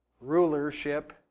rulership